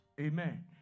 Amen